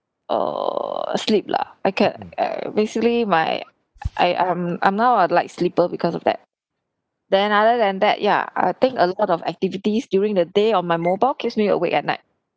err sleep lah I can't I basically my I I'm I'm now a light sleeper because of that then other than that ya I think a lot of activities during the day on my mobile keeps me awake at night